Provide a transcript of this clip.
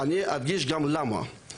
אני אגיד גם למה.